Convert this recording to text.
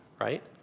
right